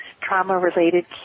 trauma-related